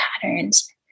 patterns